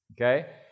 okay